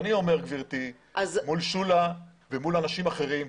אני אומר גברתי מול שולה ומול אנשים אחרים,